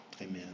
Amen